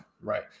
right